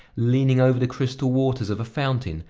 leaning over the crystal waters of a fountain,